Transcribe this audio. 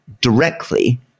directly